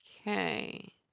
Okay